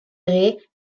vraies